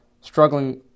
struggling